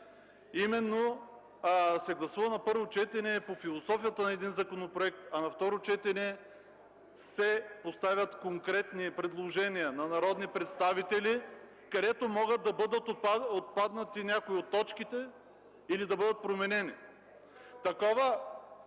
именно на първо четене се гласува философията на законопроекта, а на второ четене – се поставят конкретни предложения на народни представители, когато могат да отпаднат някои от точките или да бъдат променени.